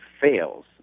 fails